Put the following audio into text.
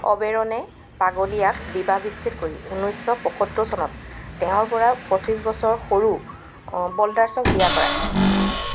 অবেৰনে পাগলিয়াক বিবাহ বিচ্ছেদ কৰি ঊনৈছশ পয়সত্তৰ চনত তেওঁৰ পৰা পঁচিশ বছৰ সৰু ৱল্ডাৰ্ছক বিয়া কৰায়